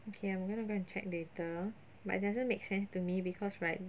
okay I'm gonna go and check later but it doesn't make sense to me because right